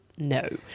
No